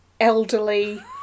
elderly